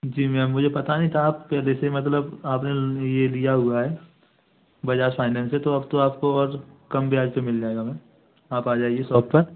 जी ma'am मुझे पता नहीं था आप पहले से मतलब आपने ये लिया हुआ है बजाज फ़ाइनैन्स से तो अब तो आपको और कम ब्याज पे मिल जाएगा मैम आप आ जाइए सॉप पर